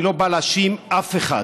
אני לא בא להאשים אף אחד.